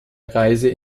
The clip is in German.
reise